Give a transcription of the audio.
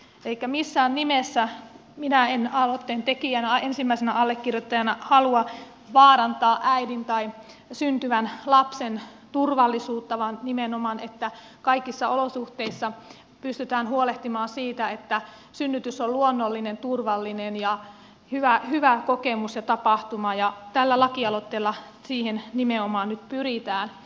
elikkä missään nimessä minä en aloitteen tekijänä ensimmäisenä allekirjoittajana halua vaarantaa äidin tai syntyvän lapsen turvallisuutta vaan nimenomaan haluan että kaikissa olosuhteissa pystytään huolehtimaan siitä että synnytys on luonnollinen turvallinen ja hyvä kokemus ja tapahtuma ja tällä lakialoitteella siihen nimenomaan nyt pyritään